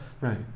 right